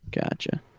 Gotcha